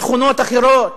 בתכונות אחרות,